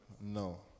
no